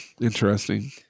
interesting